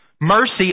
Mercy